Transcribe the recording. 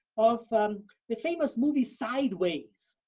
of the famous movie sideways,